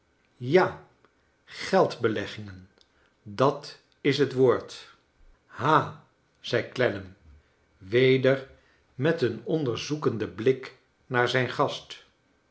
ja geldbeleggingen dat is het woord hal zei clennam weder met een onderzoekenden blik naar zijn gast